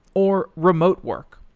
or remote work.